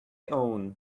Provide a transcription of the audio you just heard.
own